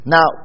Now